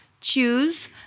choose